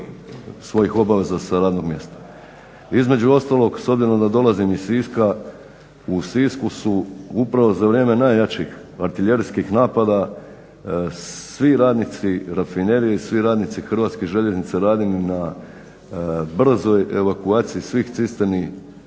svojih obaveza sa radnog mjesta. Između ostalog, s obzirom da dolazim iz Siska, u Sisku su upravo za vrijeme najjačih artiljerskih napada svi radnici Rafinerije i svi radnici Hrvatskih željeznica radili na brzoj evakuaciji svih cisterni